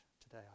today